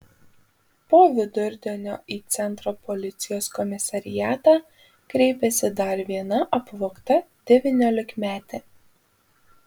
po vidurdienio į centro policijos komisariatą kreipėsi dar viena apvogta devyniolikmetė